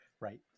right